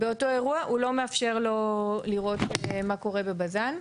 באותו אירוע הוא לא מאפשר לו לראות מה קורה בבז"ן.